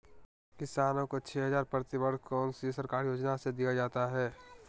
किसानों को छे हज़ार प्रति वर्ष कौन सी सरकारी योजना से दिया जाता है?